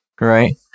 Right